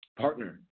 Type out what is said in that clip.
Partner